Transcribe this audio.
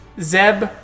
Zeb